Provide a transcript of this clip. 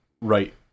right